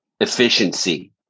efficiency